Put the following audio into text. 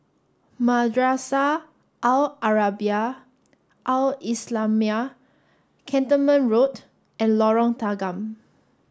Madrasah Al Arabiah Al islamiah Cantonment Road and Lorong Tanggam